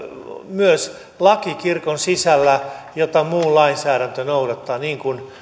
myös laki kirkon sisällä jota muu lainsäädäntö noudattaa niin kuin